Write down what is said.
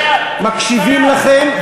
מקשיבים לכם,